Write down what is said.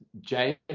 James